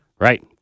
Right